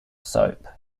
soap